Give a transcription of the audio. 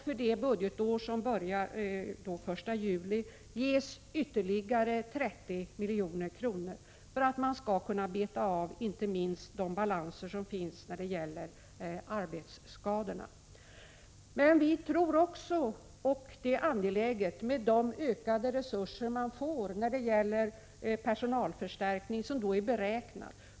För det budgetår som börjar den 1 juli ges ytterligare 30 milj.kr. för att man skall kunna beta av inte minst de balanser som finns när det gäller arbetsskadorna. Det behövs också ökade resurser för den personalförstärkning som kan beräknas.